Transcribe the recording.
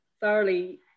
thoroughly